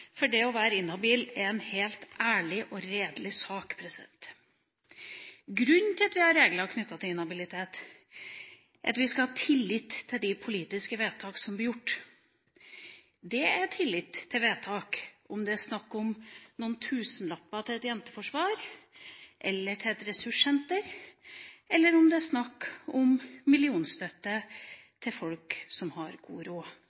for det å være inhabil er en helt ærlig og redelig sak. Grunnen til at vi har regler knyttet til inhabilitet, er at vi skal ha tillit til de politiske vedtak som blir gjort. Det gjelder tillit til vedtaket enten det er snakk om noen tusenlapper til et jenteforsvar eller til et ressurssenter, eller om det er snakk om millionstøtte til folk som har god